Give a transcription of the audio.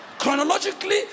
Chronologically